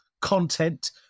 content